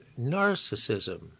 Narcissism